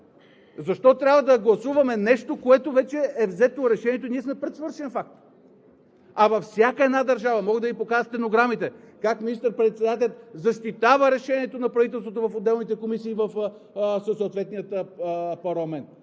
Защо трябва да гласуваме нещо, за което решението вече е взето и ние сме пред свършен факт? А във всяка една държава – мога да Ви покажа стенограмите как министър-председателят защитава решението на правителството в отделните комисии и в съответния парламент.